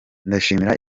ndashimira